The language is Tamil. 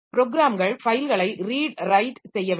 ப்ரோகிராம்கள் ஃபைல்களை ரீட் ரைட் செய்ய வேண்டும்